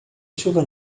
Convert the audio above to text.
chuva